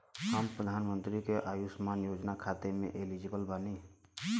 हम प्रधानमंत्री के अंशुमान योजना खाते हैं एलिजिबल बनी?